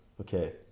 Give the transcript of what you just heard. Okay